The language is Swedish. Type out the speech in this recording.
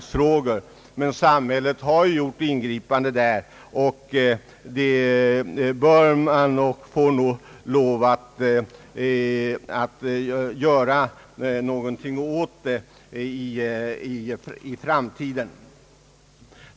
Samhället har dock gjort ingripanden där, och man får nog lov att i framtiden göra någonting även på detta område.